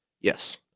Yes